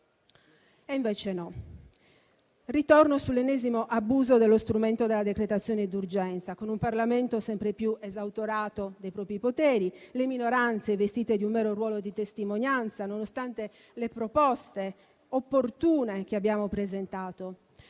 e invece no. Ritorno sull'ennesimo abuso dello strumento della decretazione d'urgenza, con un Parlamento sempre più esautorato dei propri poteri, le minoranze vestite di un mero ruolo di testimonianza, nonostante le proposte opportune che abbiamo presentato.